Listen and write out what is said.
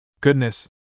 Goodness